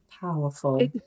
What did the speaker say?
powerful